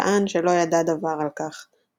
טען שלא ידע דבר על כך,